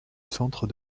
centre